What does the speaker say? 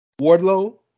Wardlow